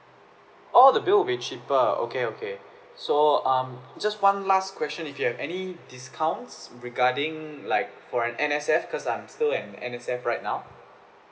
orh the bill will be cheaper okay okay so um just one last question if you have any discounts regarding like for an N_S_F cause I'm still an N_S_F right now